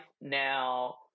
now